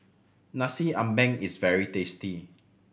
Nasi Ambeng is very tasty